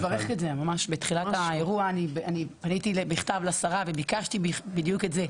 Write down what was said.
בתחילת האירוע פניתי בכתב לשרה וביקשתי בדיוק את זה,